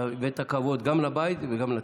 אתה הבאת כבוד גם לבית וגם לתפקיד.